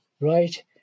right